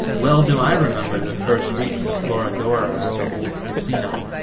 well do i remember the first weeks of florodora at the old casino,